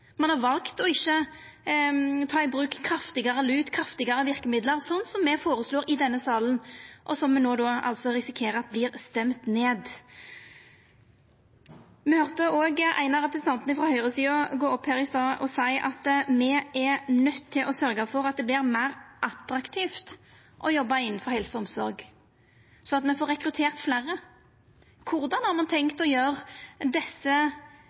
Ein har valt ikkje å ta i bruk kraftigare lut, kraftigare verkemiddel, som me føreslår i denne salen, og som me no risikerer vert stemt ned. Me høyrde òg at ein av representantane frå høgresida var oppe her i stad og sa at me er nøydde til å sørgja for at det vert meir attraktivt å jobba innanfor helse og omsorg, slik at me får rekruttert fleire. Korleis har ein tenkt å gjera desse